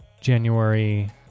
January